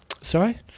Sorry